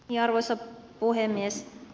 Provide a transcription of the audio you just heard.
arvoisa puhemies